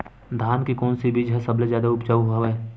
धान के कोन से बीज ह सबले जादा ऊपजाऊ हवय?